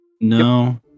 No